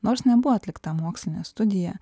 nors nebuvo atlikta mokslinė studija